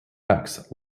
ducks